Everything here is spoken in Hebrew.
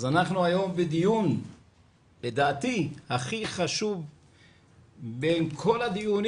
אנחנו היום בדיון לדעתי הכי חשוב מכל הדיונים